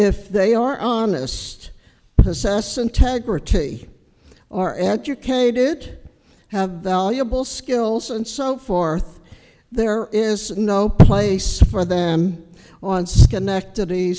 if they are own honest assess integrity are educated have valuable skills and so forth there is no place for them on schenectady